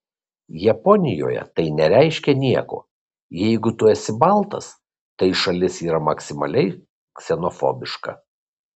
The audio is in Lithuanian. japonijoje tai nereiškia nieko jeigu tu esi baltas tai šalis yra maksimaliai ksenofobiška